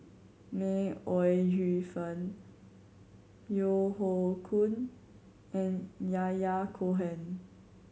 May Ooi Yu Fen Yeo Hoe Koon and Yahya Cohen